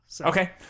Okay